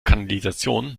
kanalisation